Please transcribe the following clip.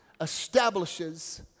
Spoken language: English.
establishes